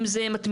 אם זה מתמידים,